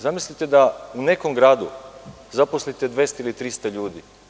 Zamislite da u nekom gradu zaposlite 200 ili 300 ljudi.